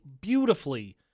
beautifully